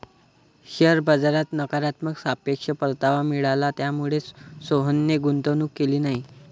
share बाजारात नकारात्मक सापेक्ष परतावा मिळाला, त्यामुळेच सोहनने गुंतवणूक केली नाही